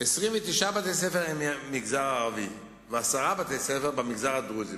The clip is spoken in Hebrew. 29 בתי-ספר הם מהמגזר הערבי ועשרה בתי-ספר מהמגזר הדרוזי.